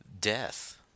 death